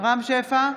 רם שפע,